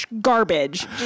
garbage